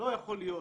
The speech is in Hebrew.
לא יכול להיות